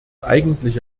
eigentliche